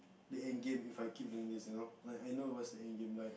the end game If I keep doing this you know like I know what's the end game like